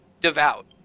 devout